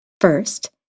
First